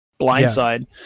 blindside